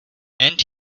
and